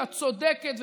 הצודקת,